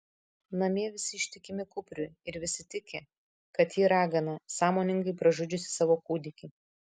namie visi ištikimi kupriui ir visi tiki kad ji ragana sąmoningai pražudžiusi savo kūdikį